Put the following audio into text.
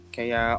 Kaya